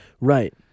Right